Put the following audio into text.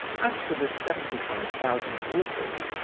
as for the seventy-five thousand roubles,